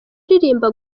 uririmba